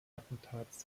attentats